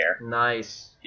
Nice